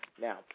Now